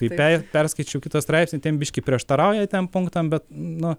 tai perskaičiau kitą straipsnį ten biškį prieštarauja tiem punktam bet nu